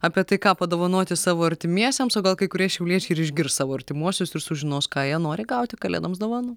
apie tai ką padovanoti savo artimiesiems o gal kai kurie šiauliečiai ir išgirs savo artimuosius ir sužinos ką jie nori gauti kalėdoms dovanų